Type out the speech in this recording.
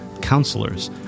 counselors